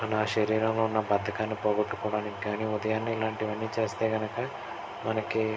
మన శరీరంలో ఉన్న బద్దకాన్ని పోగొట్టుకోవడానికి కానీ ఉదయాన్నే ఇలాంటివన్నీ చేస్తే కనుక మనకి